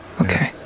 okay